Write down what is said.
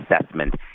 assessment